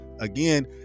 Again